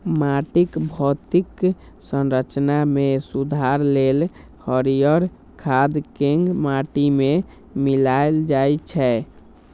माटिक भौतिक संरचना मे सुधार लेल हरियर खाद कें माटि मे मिलाएल जाइ छै